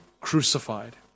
crucified